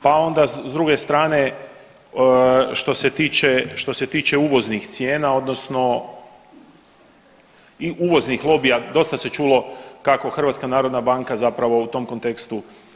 Pa onda s druge strane što se tiče, što se tiče uvoznih cijena odnosno uvoznih lobija dosta se čulo kako HNB zapravo u tom kontekstu.